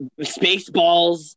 Spaceballs